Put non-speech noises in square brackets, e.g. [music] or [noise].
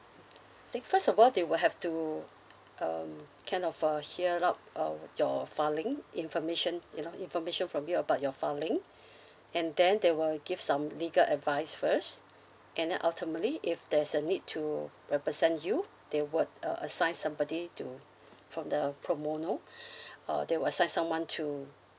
um I think first of all they will have to um kind of uh hear out uh your filing information you know information from you about your filing and then they will give some legal advice first and then ultimately if there's a need to represent you they will uh assign somebody to from the pro bono [breath] uh they will assign someone to